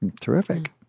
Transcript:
Terrific